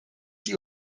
die